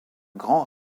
grand